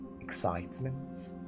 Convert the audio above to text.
excitement